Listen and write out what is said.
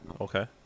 Okay